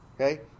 Okay